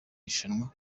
rushanwa